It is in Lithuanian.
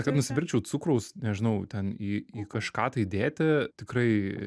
kad nusipirkčiau cukraus nežinau ten į į kažką tai dėti tikrai